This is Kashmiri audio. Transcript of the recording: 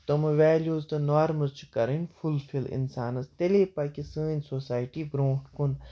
تِمہٕ ویلیوٗز تہٕ نارمٕز چھِ کَرٕنۍ فُلفِل اِنسانَس تیٚلے پَکہِ سٲنۍ سوسایٹی برٛونٛٹھ کُن